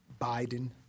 Biden